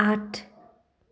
आठ